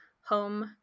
home